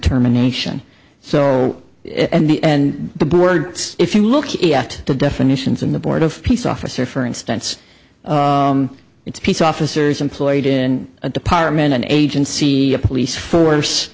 determination so and the and the board's if you look at the definitions in the board of peace officer for instance it's peace officers employed in a department an agency a police force